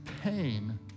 pain